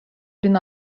bin